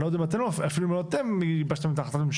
אני לא יודע אפילו אם לא אתם גיבשתם את החלטת הממשלה.